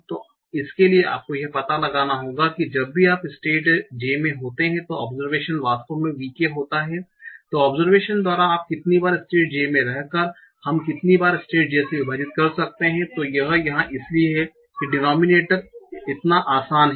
तो इसके लिए आपको यह पता लगाना होगा कि जब भी आप स्टेट j में होते हैं तो ओबसरवेशन वास्तव में v k होता है तो ओबसरवेशन द्वारा आप कितनी बार state j में रहकर हम कितनी बार स्टेट j से विभाजित कर सकते हैं